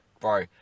bro